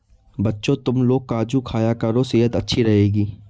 बच्चों, तुमलोग काजू खाया करो सेहत अच्छी रहेगी